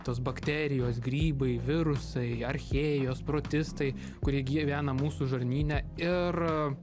tos bakterijos grybai virusai archėjos protistai kurie gyvena mūsų žarnyne ir